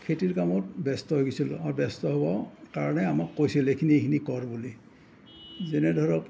খেতিৰ কামত ব্যস্ত হৈ গৈছিলোঁ আৰু ব্যস্ত হোৱাও কাৰণে আমাক কৈছিল এইখিনি এইখিনি কৰ বুলি যেনে ধৰক